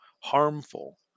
harmful